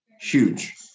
Huge